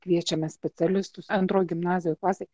kviečiame specialistus antroj gimnazijos klasėj